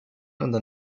unseren